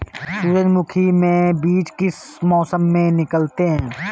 सूरजमुखी में बीज किस मौसम में निकलते हैं?